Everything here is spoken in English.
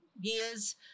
years